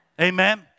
Amen